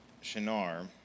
Shinar